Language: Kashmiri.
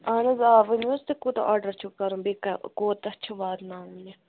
اَہَن حظ آ ؤنِو حظ تُہۍ کوٗتاہ آرڈَر چھُو کَرُن بیٚیہِ کیٛا کوٗتاہ چھِ واتناوُن